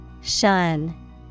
Shun